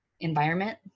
environment